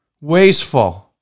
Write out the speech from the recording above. wasteful